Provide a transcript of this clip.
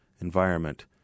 environment